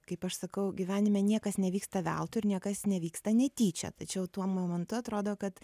kaip aš sakau gyvenime niekas nevyksta veltui ir niekas nevyksta netyčia tačiau tuo momentu atrodo kad